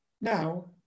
now